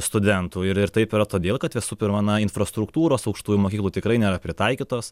studentų ir ir taip yra todėl kad visų pirma na infrastruktūros aukštųjų mokyklų tikrai nėra pritaikytos